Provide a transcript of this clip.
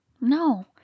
No